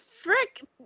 Frick